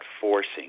forcing